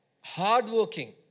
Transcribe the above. hardworking